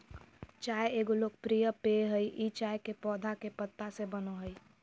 चाय एगो लोकप्रिय पेय हइ ई चाय के पौधा के पत्ता से बनो हइ